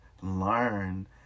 learn